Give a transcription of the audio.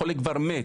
החולה כבר מת.